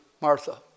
Martha